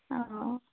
অ